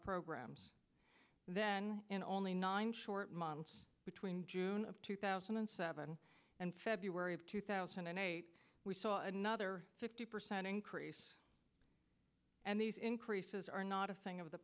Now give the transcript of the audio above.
programs then in only nine short months between june of two thousand and seven and february of two thousand and eight we saw another fifty percent increase and these increases are not a thing of the